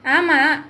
ஆமா:aamaa